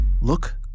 look